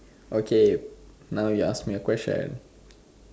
okay now you ask me question